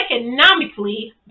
economically